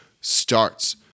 starts